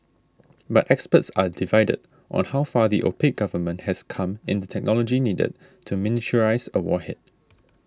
but experts are divided on how far the opaque government has come in the technology needed to miniaturise a warhead